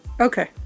Okay